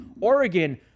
Oregon